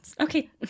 Okay